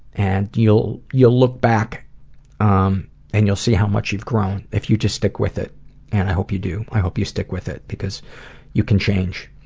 and you'll you'll look back um and you'll see how much you've grown if you just stick with it and i hope you do. i hope you stick with it because you can change.